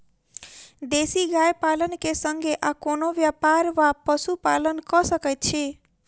देसी गाय पालन केँ संगे आ कोनों व्यापार वा पशुपालन कऽ सकैत छी?